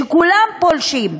שכולם פולשים,